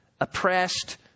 oppressed